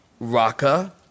Raka